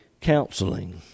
counseling